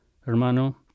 Hermano